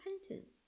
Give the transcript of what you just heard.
repentance